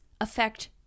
affect